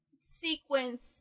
sequence